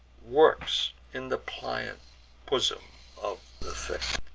works in the pliant bosom of the fair,